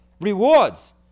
rewards